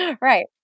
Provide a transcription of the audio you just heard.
Right